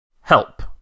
help